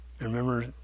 Remember